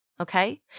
okay